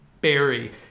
Berry